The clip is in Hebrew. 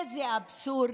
איזה אבסורד.